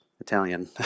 Italian